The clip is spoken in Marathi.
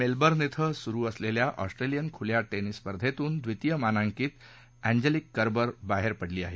मेलबर्न इथं सुरु असलेल्या ऑस्ट्रेलियन खुल्या टेनिस स्पर्धेतुन द्वितीय मानांकित अँजेलिक कर्बर बाहेर पडली आहे